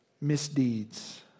misdeeds